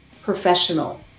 professional